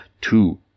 two